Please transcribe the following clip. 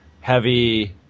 heavy